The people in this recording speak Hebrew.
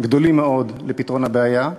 גדולים מאוד לפתרון הבעיה.